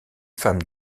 femmes